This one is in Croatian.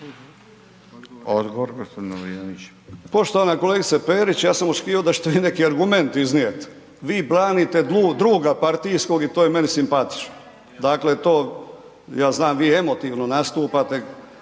Ivan (Promijenimo Hrvatsku)** Poštovana kolegice Perić, ja sam očekivao da ćete vi neki argument iznijet, vi branite druga partijskog i to je meni simpatično, dakle to ja znam vi emotivno nastupate,